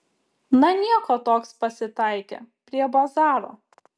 na nieko toks pasitaikė prie bazaro